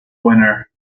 winner